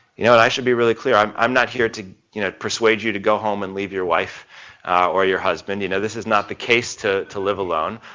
you know and i should be really clear, i'm i'm not here to you know persuade you to go home and leave your wife or your husband, you know, this is not the case to to live alone.